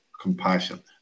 compassion